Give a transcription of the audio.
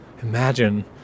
imagine